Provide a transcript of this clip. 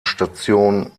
station